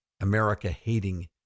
America-hating